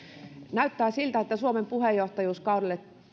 näyttää siltä että suomen puheenjohtajuuskaudelle